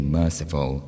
merciful